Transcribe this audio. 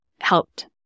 helped